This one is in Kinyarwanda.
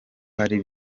hari